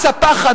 מס הפחד,